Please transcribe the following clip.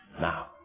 Now